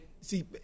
see